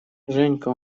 женька